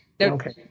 okay